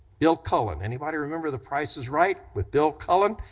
bill cullen, anybody remember the price is right with bill cullen,